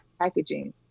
packaging